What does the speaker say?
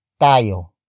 tayo